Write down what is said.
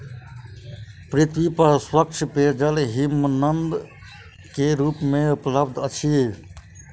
पृथ्वी पर स्वच्छ पेयजल हिमनद के रूप में उपलब्ध अछि